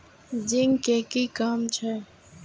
Zinc के कि काम छै?